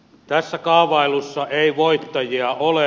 tässä kaavailussa ei voittajia ole